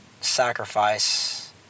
sacrifice